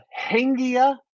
Hengia